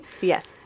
Yes